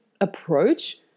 approach